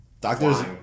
doctor's